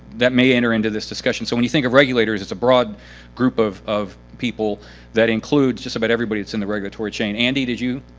that may enter into this discussion. so when you think of regulators, it's a broad group of of people that includes just about everybody of and the regulatory chain. andy, did you?